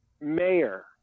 mayor